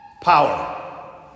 Power